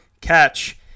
catch